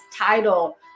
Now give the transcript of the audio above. title